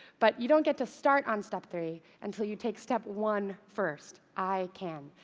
but you don't get to start on step three, until you take step one first i can.